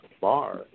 bar